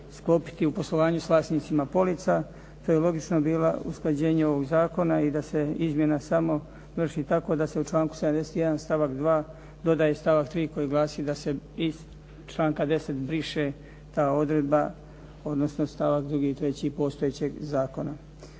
sklopiti u poslovanju s vlasnicima polica. Te je logično bilo usklađenje ovog zakona i da se izmjena samo vrši tako da se u članku 71. stavak 2. dodaje stavak 3. koji glasi da se iz članka 10. briše ta odredba, odnosno stavak 2. i 3. postojećeg zakona.